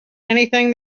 anything